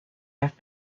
have